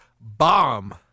bomb